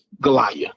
Goliath